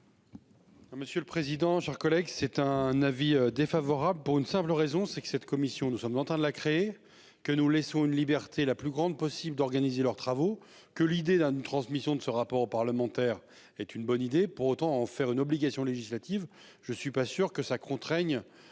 Monsieur le président. Chers collègues, c'est un avis défavorable pour une simple raison, c'est que cette commission. Nous sommes en train de la créer que nous laissons une liberté, la plus grande possible d'organiser leurs travaux, que l'idée d'un d'une transmission de ce rapport parlementaire est une bonne idée pour autant en faire une obligation législative. Je suis pas sûr que ça contraignent